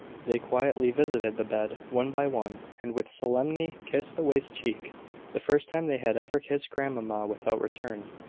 they quietly visited the bed, one by one, and with solemnity kissed the wasted cheek the first time they had ever kissed grandmamma without return.